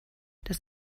das